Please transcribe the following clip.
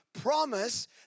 promise